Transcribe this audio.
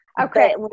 Okay